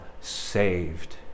saved